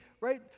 right